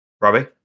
Robbie